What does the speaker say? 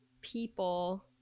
people